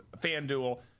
FanDuel